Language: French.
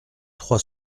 trois